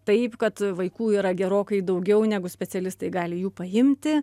taip kad vaikų yra gerokai daugiau negu specialistai gali jų paimti